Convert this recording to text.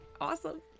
Awesome